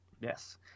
Yes